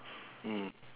mm